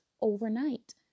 overnight